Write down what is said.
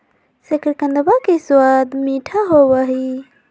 शकरकंदवा के स्वाद मीठा होबा हई